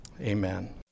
Amen